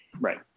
Right